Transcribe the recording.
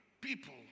people